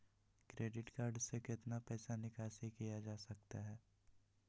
Credit card से कितना पैसा निकासी किया जा सकता है?